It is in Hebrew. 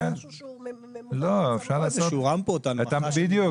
איזה שהן רמפות --- בדיוק.